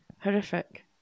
horrific